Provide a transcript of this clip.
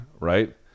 right